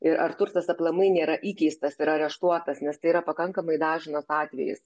ir ar turtas aplamai nėra įkeistas ir areštuotas nes tai yra pakankamai dažnas atvejis